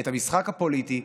את המשחק הפוליטי,